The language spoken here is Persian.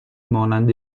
مانند